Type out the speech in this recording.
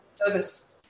service